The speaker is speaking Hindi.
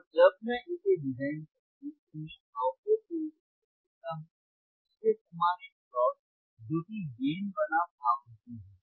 और जब मैं इसे डिजाइन करता हूं तो मैं आउटपुट वोल्टेज पर देखता हूं इसके समान एक प्लॉट जो कि गेन बनाम आवृत्ति है